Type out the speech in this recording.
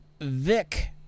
Vic